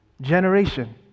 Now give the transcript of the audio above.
generation